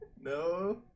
No